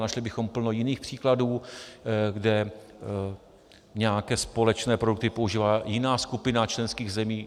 Našli bychom plno jiných příkladů, kde nějaké společné produkty používá i jiná skupina členských zemí.